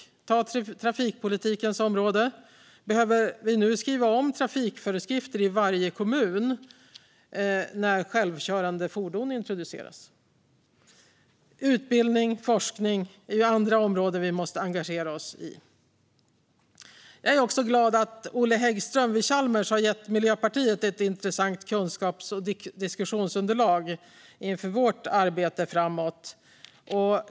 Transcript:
Titta på trafikpolitikens område: Behöver trafikföreskrifterna i varje kommun skrivas om i varje kommun när självkörande fordon introduceras? Utbildning och forskning är andra områden vi måste engagera oss i. Jag är glad att Olle Häggström vid Chalmers har gett Miljöpartiet ett intressant kunskaps och diskussionsunderlag för vårt arbete framöver.